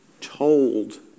told